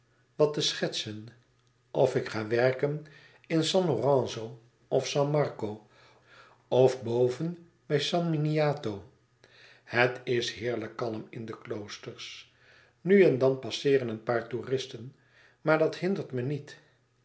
wat te schetsen of ik ga werken in san lorenzo of san marco of boven bij san miniato het is heerlijk kalm in de kloosters nu en dan passeeren een paar toeristen maar dat hindert me niet